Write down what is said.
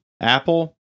apple